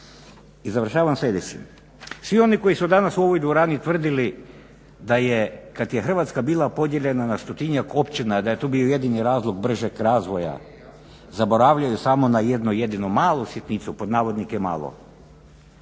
I završavam sljedećim. Svi oni koji su danas u ovoj dvorani tvrdili da je, kad je Hrvatska bila podijeljena na stotinjak općina da je to bio jedini razlog bržeg razvoja zaboravljaju samo na jednu jedinu malu sitnicu pod navodnike malu.